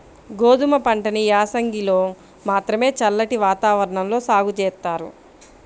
గోధుమ పంటని యాసంగిలో మాత్రమే చల్లటి వాతావరణంలో సాగు జేత్తారు